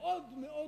מאוד מאוד חזקה,